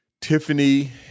Tiffany